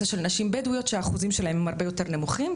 של נשים בדואיות שהאחוזים שלהם הרבה יותר נמוכים.